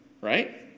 right